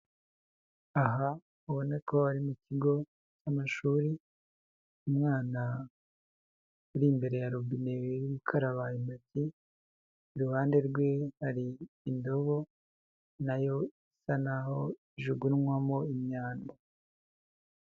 Aha ubona ko ari mu kigo cy'amashuri, umwana uri imbere ya robine uri gukaraba intoki, iruhande rwe hari indobo nayo isa naho ijugunywamo imyanda.